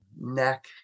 neck